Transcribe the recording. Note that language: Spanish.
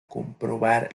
comprobar